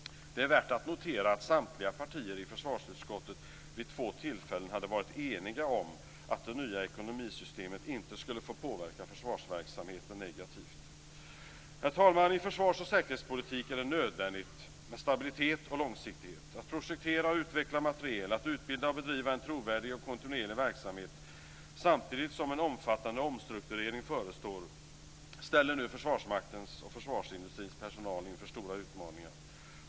Det är värt att notera att samtliga partier i försvarsutskottet vid två tillfällen hade varit eniga om att det nya ekonomisystemet inte skulle få påverka försvarsverksamheten negativt. Herr talman! I försvars och säkerhetspolitiken är det nödvändigt med stabilitet och långsiktighet. Att projektera och utveckla materiel, att utbilda och bedriva en trovärdig och kontinuerlig verksamhet samtidigt som en omfattande omstrukturering förestår ställer nu Försvarsmaktens och försvarsindustrins personal inför stora utmaningar.